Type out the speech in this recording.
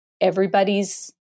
everybody's